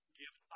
give